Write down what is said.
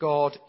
God